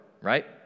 right